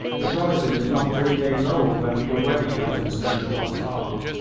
the rising was not three days old when already elphinstone had lost heart.